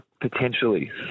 Potentially